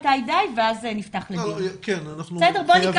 לא ראיתי